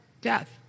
death